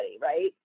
right